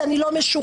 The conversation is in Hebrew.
והוא לא משוכנע.